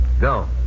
Go